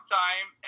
time